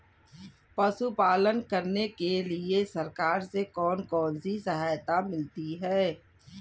पशु पालन करने के लिए सरकार से कौन कौन सी सहायता मिलती है